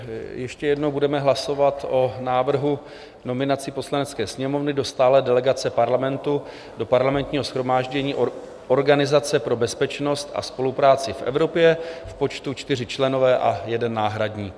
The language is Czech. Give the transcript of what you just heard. Ještě jednou budeme hlasovat o návrhu nominací Poslanecké sněmovny do stálé delegace Parlamentu do Parlamentního shromáždění Organizace pro bezpečnost a spolupráci v Evropě v počtu 4 členové a 1 náhradník.